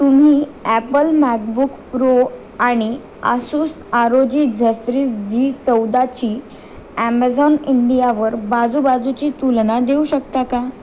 तुम्ही Apple MacBook Pro आणि Asus R O G Zephyrus G चौदाची ॲमेझॉन इंडियावर बाजूबाजूची तुलना देऊ शकता का